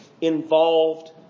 involved